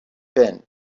been